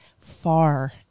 far